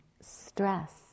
stress